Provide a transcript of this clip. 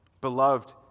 Beloved